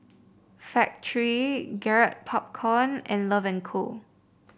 Factorie Garrett Popcorn and Love and Co